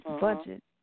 budget